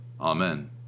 amen